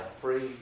free